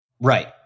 Right